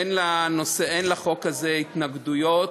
אין לחוק הזה התנגדויות,